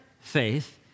faith